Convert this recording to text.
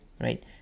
right